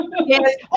Yes